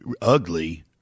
ugly